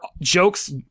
jokes